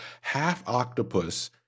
half-octopus